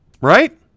Right